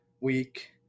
week